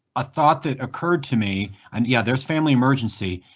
ah thought that occurred to me. and yeah, there's family emergency.